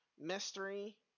mystery